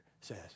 says